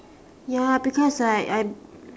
ya because like I'm